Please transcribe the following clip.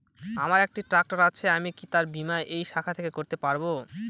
আমার একটি ট্র্যাক্টর আছে আমি কি তার বীমা এই শাখা থেকে করতে পারব?